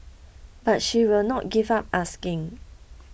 but she will not give up asking